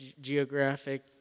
geographic